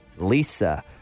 Lisa